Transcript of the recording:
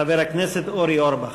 חבר הכנסת אורי אורבך.